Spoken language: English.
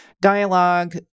dialogue